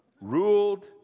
ruled